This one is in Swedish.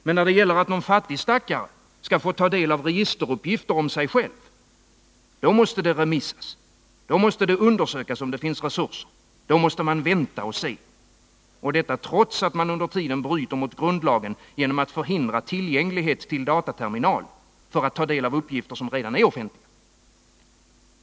Men när det gäller att någon fattig stackare skall få ta del av registeruppgifter om sig själv, då måste det remissas, då måste det undersökas om det finns resurser, då måste man vänta och se — och detta trots att man under tiden bryter mot grundlagen genom att förhindra tillgänglighet till dataterminal för att ta del av uppgifter som redan är offentliga.